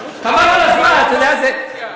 חבל על הזמן, אתה יודע, תעזוב את הקואליציה.